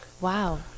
wow